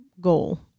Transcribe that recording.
goal